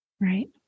Right